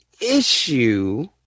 issue